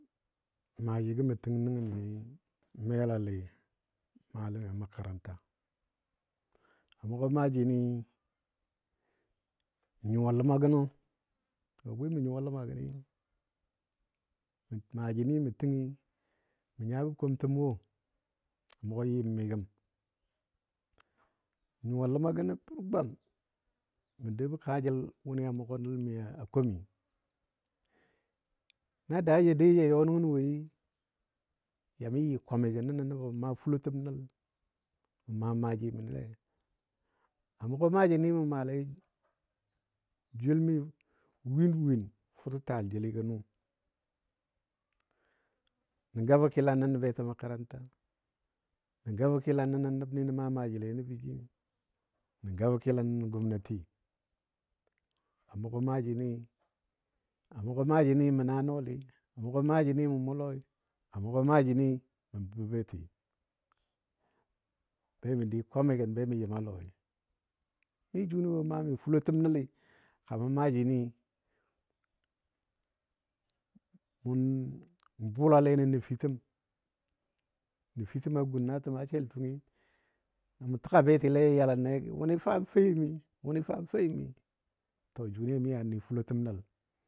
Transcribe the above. Maajigə mə təng nənni melali malami makaranta a mʊgɔ maaji ni nyuwa ləma gənɔ,. jʊwa bwi mə nyuwa ləma gəni maajini mə təngi mə nyabɔ komtəm wo a mʊgɔ yɨmni. gəm. Nyuwa ləma gənɔ pər gwam mə dou bɔ kaajəl wʊni a mugɔ nəl mi a komi, na daa ja dai ja yɔ nən woi yamə yɨ kwamigən nənɔ nəbo n maa fulotəm nəl mə maa maaji məndile, a mʊgɔ maaji ni mə maalei joul mi win win fʊtətaal jeligɔ nʊ. Nə gabɔ kɨlan nənɔ betɔ makaranta nə gabə kɨlan nənɔ nəbni nə maa maajile nəbə jii, nə gabɔ kɨlan nəbə gomnati. A mugɔ maaji ni mə naa nɔɔli, a mʊgɔ maajini mə mu lɔi a mʊgɔ maaji ni mə bəbo beti be mə dɨ kwami gən be mə yɨm a lɔi. Mi jʊni wo a maa mi fulotəm nəli kaman maaji ni mun bʊlale nən nəfitəm, nəfitəma gun na təma seli fəngyi mu təga betile jə yalənlegɔ wʊni fa faimi, wʊni fa faimi to jʊni mi a ni fulotəm nəl.